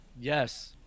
Yes